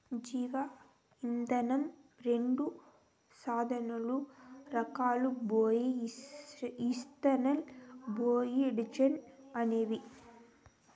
జీవ ఇంధనం రెండు సాధారణ రకాలు బయో ఇథనాల్, బయోడీజల్ అనేవి